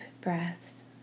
breaths